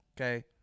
okay